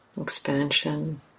Expansion